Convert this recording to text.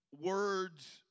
words